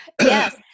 Yes